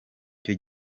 icyo